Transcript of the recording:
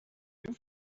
you